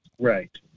Right